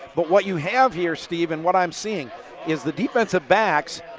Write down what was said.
but what you have here, steve and what i'm seeing is the defensive backs,